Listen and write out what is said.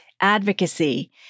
advocacy